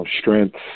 strength